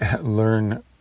learn